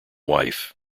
wife